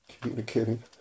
communicating